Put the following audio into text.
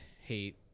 hate